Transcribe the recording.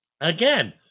Again